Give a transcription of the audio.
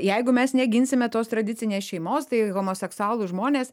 jeigu mes neginsime tos tradicinės šeimos tai homoseksualūs žmonės